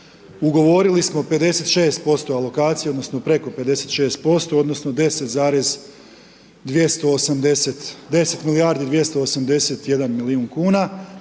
Ugovorili smo 56 alokacija, odnosno, preko 56% odnosno, 10 milijardi 281 milijun kuna